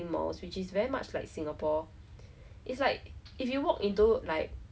I I'm not someone that that fancies chinese food so you also so like